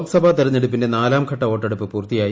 ലോക്സഭാ തെരഞ്ഞെടുപ്പിന്റെ നാലാംഘട്ട വോട്ടെടുപ്പ് പൂർത്തിയായി